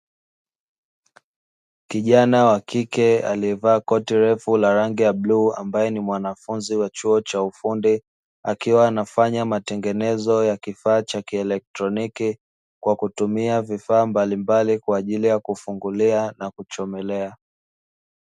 Kijana wa kike aliyevaa koti la bluu, ambaye ni mwanafunzi wa chuo cha ufundi, akiwa anafanya matengenezo ya kifaa cha kielektroniki kwa kutumia vifaa mbalimbali kwa ajili ya kufungulia na kuchomelea.